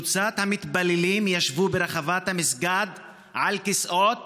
המתפללים ישבו ברחבת המסגד על כיסאות